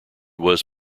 was